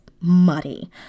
muddy